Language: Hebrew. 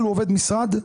המנכ"ל עובד משרד,